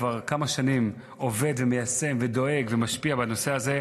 כבר כמה שנים עובד ומיישם ודואג ומשפיע בנושא הזה,